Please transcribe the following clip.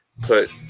put